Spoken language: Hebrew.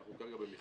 אנחנו כרגע במכרז.